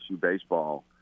baseball